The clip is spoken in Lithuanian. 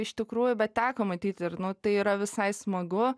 iš tikrųjų bet teko matyti ir nu tai yra visai smagu